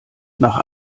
nach